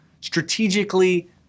strategically